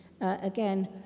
Again